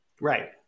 Right